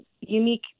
unique